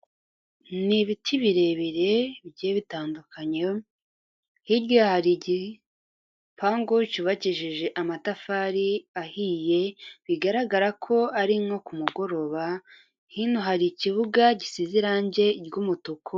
Ni ibiti birebire bigiye bitandukanye, hirya hari igipangu cyubakishije amatafari ahiye bigaragara ko ari nko ku mugoroba, hino hari ikibuga gisize irange ry'umutuku.